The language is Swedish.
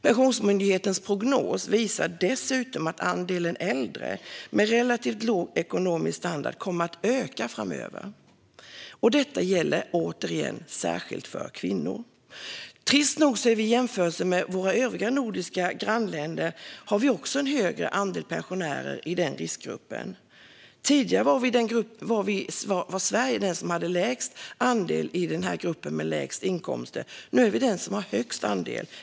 Pensionsmyndighetens prognos visar att andelen äldre med relativt låg ekonomisk standard kommer att öka framöver. Återigen gäller detta särskilt kvinnor. Trist nog har vi också i jämförelse med våra nordiska grannländer en högre andel pensionärer i den riskgruppen. Tidigare hade Sverige minst andel i gruppen med lägst inkomster, men nu har vi störst andel.